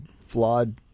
flawed